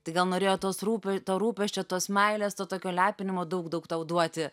tai gal norėjo tos rūp to rūpesčio tos meilės to tokio lepinimo daug daug tau duoti